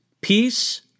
peace